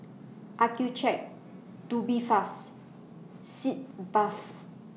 Accucheck Tubifast Sitz Bath